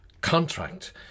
contract